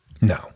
No